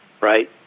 right